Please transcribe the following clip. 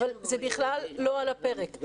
אבל זה בכלל לא על הפרק.